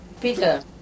Peter